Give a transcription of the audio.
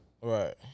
Right